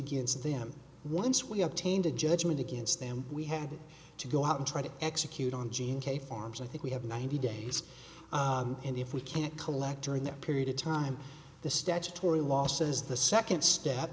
against them once we have tamed a judgement against them we had to go out and try to execute on gene k farms i think we have ninety days and if we can't collect during that period of time the statutory law says the second step